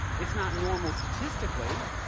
it's not normal statistically.